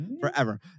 forever